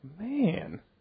man